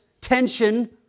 tension